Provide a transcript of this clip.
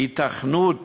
כי היתכנות